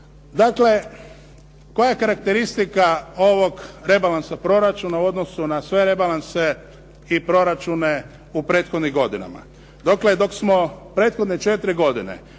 Dakle, koja je karakteristika ovog rebalansa proračuna u odnosu na sve rebalanse i proračune u prethodnim godinama? Dokle dok smo prethodne 4 godine,